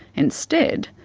instead,